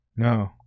No